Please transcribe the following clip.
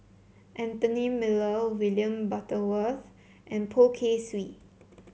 Anthony Miller William Butterworth and Poh Kay Swee